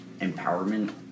empowerment